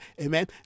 amen